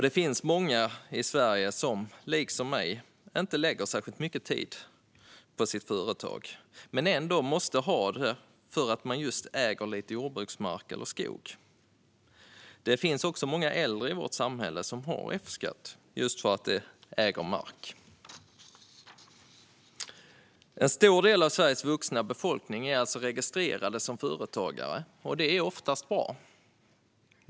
Det finns många i Sverige som liksom jag inte lägger särskilt mycket tid på sitt företag men som ändå måste ha F-skatt just för att man äger lite jordbruksmark eller skog. Det finns också många äldre i vårt samhälle som har F-skatt just för att de äger mark. En stor del av Sveriges vuxna befolkning är alltså registrerade som företagare, och det är oftast bra.